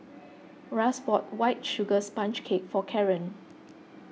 Russ bought White Sugar Sponge Cake for Karren